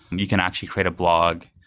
you can actually create a blog.